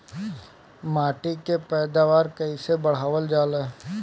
माटी के पैदावार कईसे बढ़ावल जाला?